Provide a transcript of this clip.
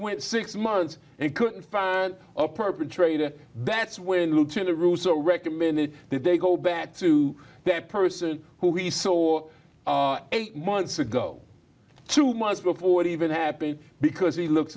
went six months and couldn't find a perpetrator that's when looting the russo recommended that they go back to that person who we saw eight months ago two months before it even happened because he looks